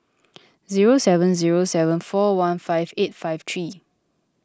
zero seven zero seven four one five eight five three